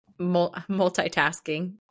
multitasking